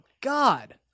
God